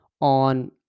on